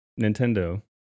Nintendo